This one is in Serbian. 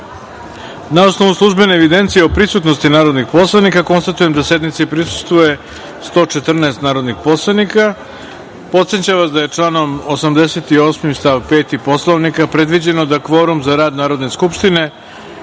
osnovu službene evidencije o prisutnosti narodnih poslanika, konstatujem da sednici prisustvuje 114 narodnih poslanika. Podsećam vas da je članom 88. stav 5. Poslovnika predviđeno da kvorum za rad Narodne skupštine